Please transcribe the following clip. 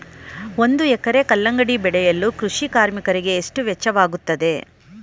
ಒಂದು ಎಕರೆ ಕಲ್ಲಂಗಡಿ ಬೆಳೆಯಲು ಕೃಷಿ ಕಾರ್ಮಿಕರಿಗೆ ಎಷ್ಟು ವೆಚ್ಚವಾಗುತ್ತದೆ?